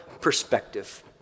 perspective